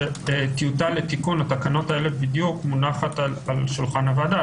שטיוטה לתיקון התקנות האלה בדיוק מונחת על שולחן הוועדה,